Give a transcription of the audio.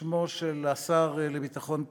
בשמו של השר לביטחון פנים,